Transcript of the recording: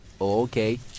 Okay